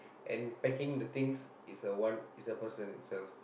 and packing the thing is one is a person itself